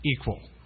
equal